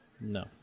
no